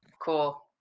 Cool